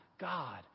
God